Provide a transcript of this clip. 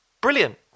brilliant